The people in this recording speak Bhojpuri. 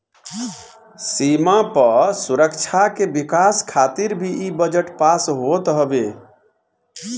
सीमा पअ सुरक्षा के विकास खातिर भी इ बजट पास होत हवे